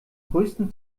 größten